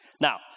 Now